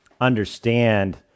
understand